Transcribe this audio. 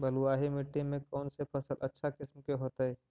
बलुआही मिट्टी में कौन से फसल अच्छा किस्म के होतै?